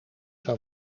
zou